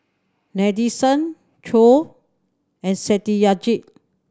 Nadesan Choor and Satyajit